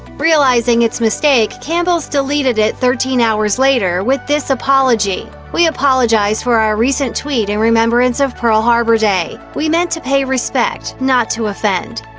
realizing its mistake, campbells deleted it thirteen hours later, with this apology we apologize for our recent tweet in and remembrance of pearl harbor day. we meant to pay respect, not to offend.